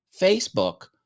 Facebook